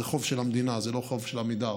זה חוב של המדינה, זה לא חוב של עמידר,